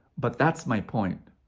but that's my point.